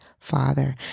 father